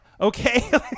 Okay